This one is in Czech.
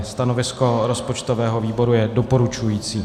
Stanovisko rozpočtového výboru je doporučující.